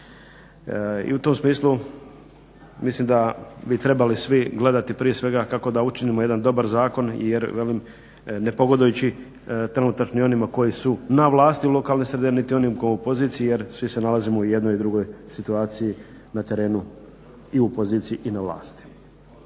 I u tom smislu mislim da bi trebali svi gledati prije svega kako da učinimo jedan dobar zakon, jer velim ne pogodujući trenutačno ni onima koji su na vlasti u lokalnoj sredini, niti onim u poziciji jer svi se nalazimo i jednoj i drugoj situaciji na terenu i u poziciji i na vlasti.